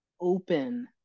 open